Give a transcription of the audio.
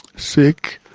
sick,